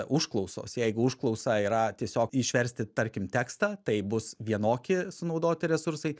užklausos jeigu užklausa yra tiesiog išversti tarkim tekstą tai bus vienoki sunaudoti resursai